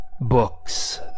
books